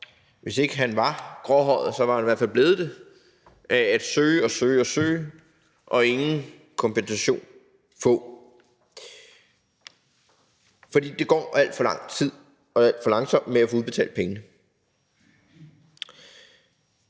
hvis ikke han var gråhåret, var han i hvert fald blevet det af at søge og søge og ingen kompensation få, for der går al for lang tid, og det går alt for langsomt med at få udbetalt penge.